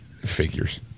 Figures